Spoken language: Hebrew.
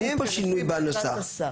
אין פה שינוי בנוסח.